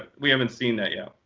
we haven't seen that yet.